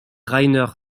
rainer